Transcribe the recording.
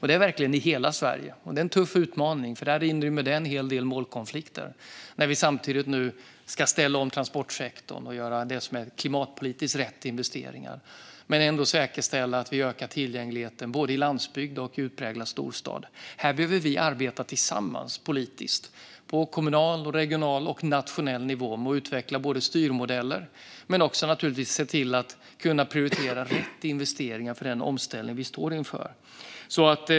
Det är en tuff utmaning, för det inrymmer en hel del målkonflikter när vi samtidigt ska ställa om transportsektorn och göra de investeringar som klimatpolitiskt är rätt och ändå säkerställa att vi ökar tillgängligheten både på landsbygden och i utpräglad storstad. Här behöver vi arbeta tillsammans politiskt på kommunal, regional och nationell nivå med att utveckla styrmodeller och prioritera rätt investeringar för den omställning vi står inför.